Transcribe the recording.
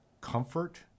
comfort